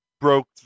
broke